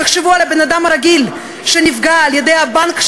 תחשבו על הבן-אדם הרגיל שנפגע על-ידי הבנק,